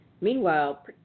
Meanwhile